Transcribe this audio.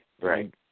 Right